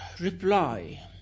reply